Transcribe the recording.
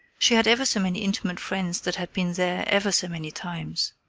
she had ever so many intimate friends that had been there ever so many times.